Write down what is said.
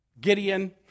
Gideon